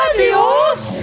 Adios